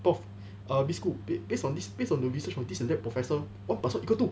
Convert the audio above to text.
prof err miss khoo based on this based on the research this and that professor one plus one equals two